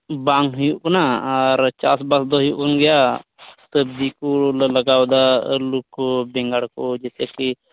ᱵᱟᱝ ᱦᱩᱭᱩᱜ ᱠᱟᱱᱟ ᱟᱨ ᱪᱟᱥ ᱵᱟᱥ ᱫᱚ ᱦᱩᱭᱩᱜ ᱠᱟᱱ ᱜᱮᱭᱟ ᱥᱚᱵᱽᱡᱤ ᱠᱚᱞᱮ ᱞᱟᱜᱟᱣ ᱮᱫᱟ ᱟᱹᱞᱩ ᱠᱚ ᱵᱮᱸᱜᱟᱲ ᱠᱚ ᱡᱮᱥᱮ ᱠᱤ